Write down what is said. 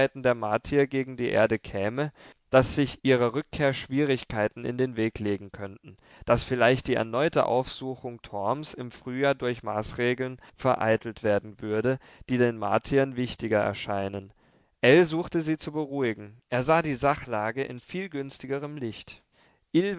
der martier gegen die erde käme daß sich ihrer rückkehr schwierigkeiten in den weg legen könnten daß vielleicht die erneute aufsuchung torms im frühjahr durch maßregeln vereitelt werden würde die den martiern wichtiger erschienen ell suchte sie zu beruhigen er sah die sachlage in viel günstigerem licht